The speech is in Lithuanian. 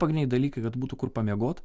pagrindiniai dalykai kad būtų kur pamiegot